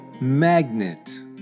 magnet